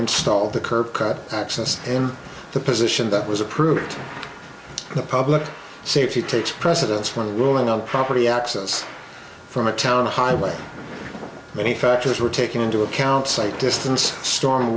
install the curb access in the position that was approved public safety takes precedence when ruling on property access from a town highway many factors were taken into account sight distance storm